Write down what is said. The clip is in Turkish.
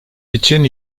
için